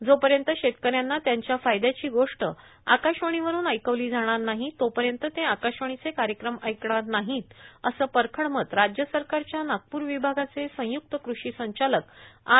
जोपर्यंत शेतकऱ्यांना त्यांच्या फायदद्याची गोष्ट आकाशवाणीवरून ऐकवली जाणार नाही तोपर्यंत ते आकाशवाणीचे कार्यक्रम ऐकणार नाहीत असं परखड मत राज्य सरकारच्या नागप्रर विभागाचे संयुक्त क्रषी संचालक आर